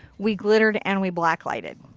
we glittered, and we black lighted.